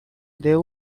there